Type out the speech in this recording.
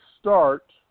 start